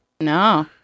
No